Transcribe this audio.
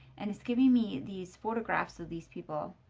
and it's giving me these photographs of these people.